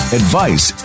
advice